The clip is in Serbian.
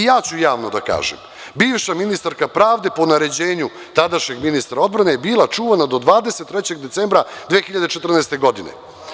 E, ja ću javno da kažem, bivša ministarka pravde po naređenju tadašnjeg ministra odbrane je bila čuvana do 23. decembra 2014. godine.